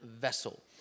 vessel